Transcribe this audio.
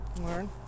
learn